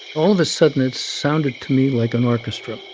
all of a sudden, it sounded to me like an orchestra